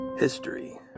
History